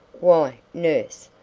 why, nurse,